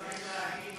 צריך,